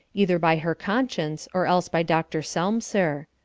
either by her conscience or else by dr. selmser.